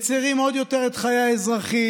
להצר עוד יותר את חיי האזרחים,